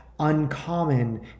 uncommon